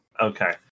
Okay